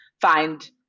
find